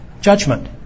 judgment